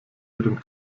ihren